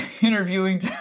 interviewing